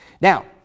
Now